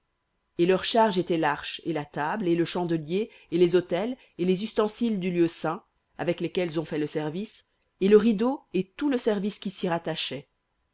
et leur charge était l'arche et la table et le chandelier et les autels et les ustensiles du lieu saint avec lesquels on fait le service et le rideau et tout le service qui